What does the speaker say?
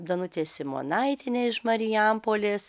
danutę simonaitienę iš marijampolės